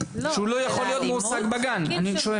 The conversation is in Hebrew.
שהוא לא יכול להיות מועסק בגן?